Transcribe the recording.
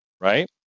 right